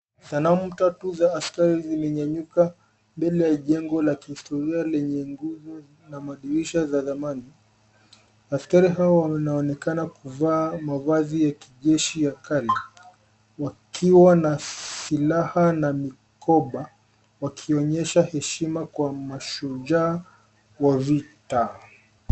Sanamu tatu za askari zimenyanyuka mbele ya jengo la kihistoria lenye nguzo na madirisha za thamani. Askari hawa wanaonekana kuvaa mavazi ya kijeshi ya kale, wakiwa na silaha na mikoba wakionyesha heshima kwa mashujaa wa vita.